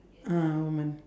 ah a woman